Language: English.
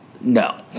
No